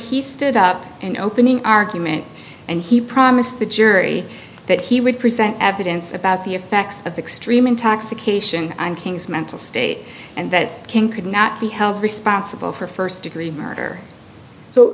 he stood up an opening argument and he promised the jury that he would present evidence about the effects of extreme intoxication and king's mental state and that king could not be held responsible for first degree murder so